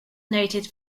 noted